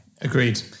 agreed